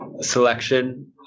selection